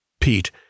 Pete